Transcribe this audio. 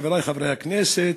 חברי חברי הכנסת,